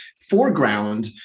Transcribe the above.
foreground